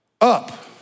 up